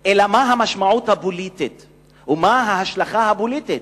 אלא מה המשמעות הפוליטית ומה ההשלכה הפוליטית.